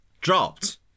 dropped